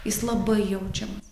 jis labai jaučiamas